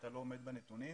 אתה לא עומד בנתונים,